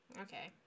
Okay